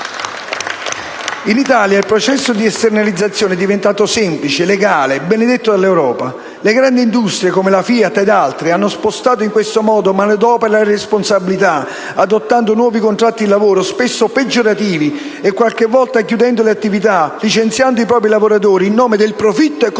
In Italia il processo di esternalizzazione è diventato semplice, legale, benedetto dall'Europa. Le grandi industrie come la FIAT ed altre hanno spostato in questo modo manodopera e responsabilità, adottando nuovi contratti di lavoro, spesso peggiorativi, e qualche volta chiudendo le attività, licenziando i propri lavoratori, in nome del profitto e con